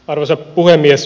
arvoisa puhemies